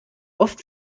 oft